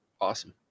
Awesome